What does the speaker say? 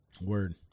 Word